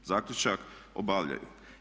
Zaključak obavljaju.